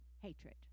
hatred